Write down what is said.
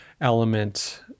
element